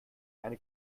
eine